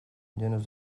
llenos